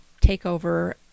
takeover